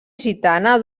gitana